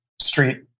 Street